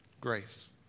Grace